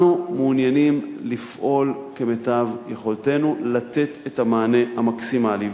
אנחנו מעוניינים לפעול כמיטב יכולתנו לתת את המענה המקסימלי.